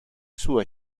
sua